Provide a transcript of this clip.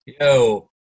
Yo